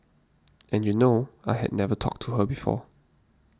and you know I had never talked to her before